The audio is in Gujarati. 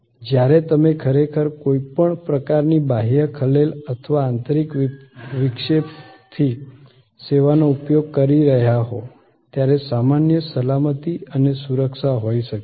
જ્યારે તમે ખરેખર કોઈપણ પ્રકારની બાહ્ય ખલેલ અથવા આંતરિક વિક્ષેપથી સેવાનો ઉપયોગ કરી રહ્યાં હોવ ત્યારે સામાન્ય સલામતી અને સુરક્ષા હોઈ શકે છે